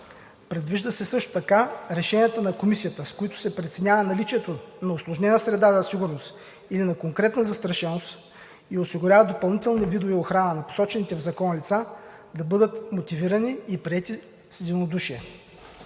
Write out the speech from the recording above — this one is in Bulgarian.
Предвижда се също така решенията на Комисията, с които се преценява наличието на усложнена среда за сигурност или на конкретна застрашеност и осигурява допълнителни видове охрана на посочените в закона лица, да бъдат мотивирани и приети с единодушие.